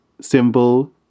symbol